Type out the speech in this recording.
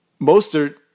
Mostert